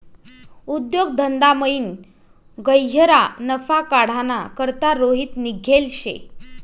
उद्योग धंदामयीन गह्यरा नफा काढाना करता रोहित निंघेल शे